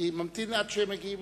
אדוני היושב-ראש,